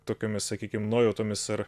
tokiomis sakykim nuojautomis ar